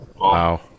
Wow